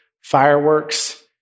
fireworks